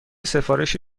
سفارش